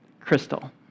Crystal